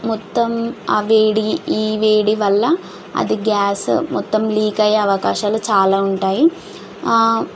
మొత్తం ఆ వేడి ఈ వేడి వల్ల అది గ్యాస్ మొత్తం లీక్ అయ్యే అవకాశాలు చాలా ఉంటాయి